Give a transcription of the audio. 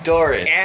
Doris